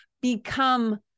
become